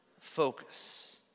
focus